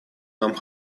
нам